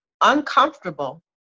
uncomfortable